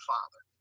Father